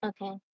Okay